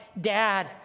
dad